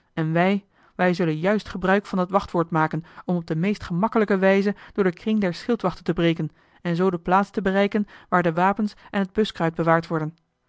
en wij wij zullen juist gebruik van dat wachtwoord maken om op de meest gemakkelijke wijze door den kring der schildwachten te breken en zoo de plaats te bereiken waar de wapens en het buskruit bewaard worden